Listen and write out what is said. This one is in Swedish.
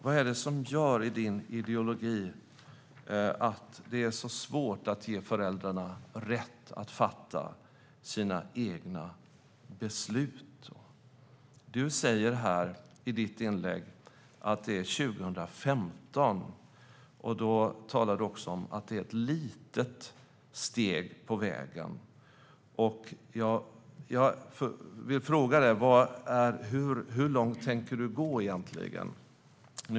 Vad är det i din ideologi som gör att det är så svårt att ge föräldrarna rätt att fatta sina egna beslut? Du säger här i ditt inlägg att det är 2015. Du talar också om att detta är ett litet steg på vägen. Jag vill fråga dig: Hur långt tänker du egentligen gå?